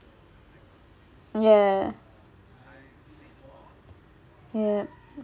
ya ya